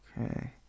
Okay